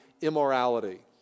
immorality